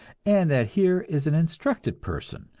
and that here is an instructed person,